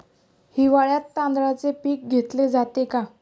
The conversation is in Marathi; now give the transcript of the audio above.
हिवाळ्यात तांदळाचे पीक घेतले जाते का?